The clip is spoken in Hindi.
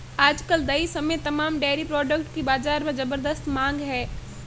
आज कल दही समेत तमाम डेरी प्रोडक्ट की बाजार में ज़बरदस्त मांग है